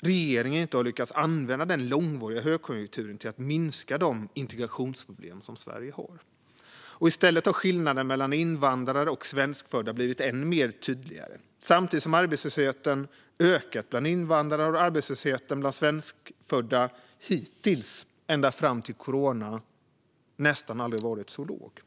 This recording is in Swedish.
regeringen inte har lyckats använda den långvariga högkonjunkturen till att minska de integrationsproblem som Sverige har. I stället har skillnaderna mellan invandrare och svenskfödda blivit än mer tydliga. Samtidigt som arbetslösheten har ökat bland invandrare har arbetslösheten bland svenskfödda hittills, ända fram till corona, nästan aldrig varit så låg.